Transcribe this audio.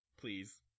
please